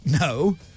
No